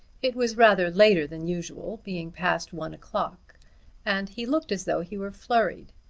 it was rather later than usual, being past one o'clock and he looked as though he were flurried.